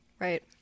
Right